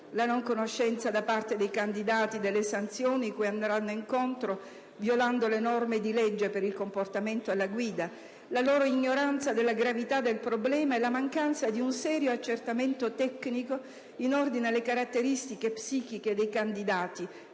la non conoscenza da parte dei candidati delle sanzioni cui andranno incontro violando le norme di legge per il comportamento alla guida, la loro ignoranza della gravità del problema e la mancanza di un serio accertamento tecnico in ordine alle caratteristiche psichiche dei candidati